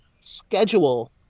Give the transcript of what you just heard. schedule